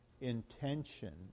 intention